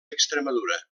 extremadura